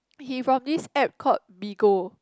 he from this app called Bigo